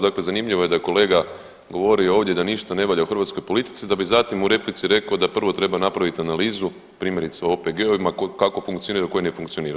Dakle, zanimljivo je da kolega govorio ovdje da ništa ne valja u hrvatskoj politici da bi zatim u replici rekao da prvo treba napraviti analizu primjerice u OPG-ovima kako funkcioniraju, koji ne funkcioniraju.